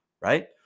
right